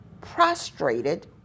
prostrated